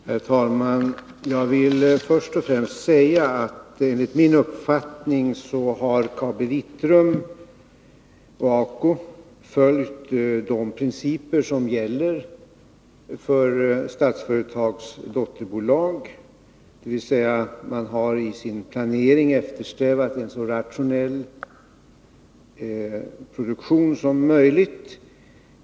Herr talman! Jag vill först och främst säga att enligt min uppfattning har KabiVitrum och ACO följt de principer som gäller för Statsföretags dotterbolag, dvs. man har i sin planering eftersträvat en så rationell produktion som möjligt.